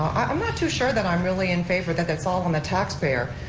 i'm not too sure that i'm really in favor that that's all on the taxpayer.